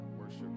worship